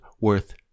worth